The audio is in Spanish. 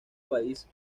país